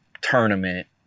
tournament